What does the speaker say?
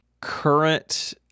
current